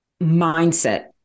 mindset